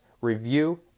review